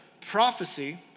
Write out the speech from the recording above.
prophecy